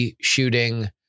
shooting